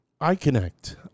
iConnect